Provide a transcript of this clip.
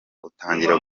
utangira